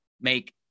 make